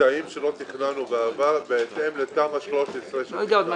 לקטעים שלא תכננו בעבר בהתאם לתמ"א 13 שתכננו.